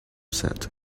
set